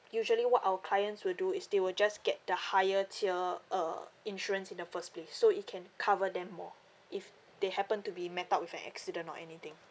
usually what our clients will do is they will just get the higher tier uh insurance in the first place so it can cover them more if they happen to be met up with an accident or anything